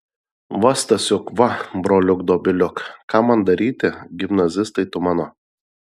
va stasiuk va broliuk dobiliuk ką man daryti gimnazistai tu mano